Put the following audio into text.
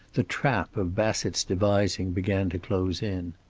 the trap of bassett's devising began to close in.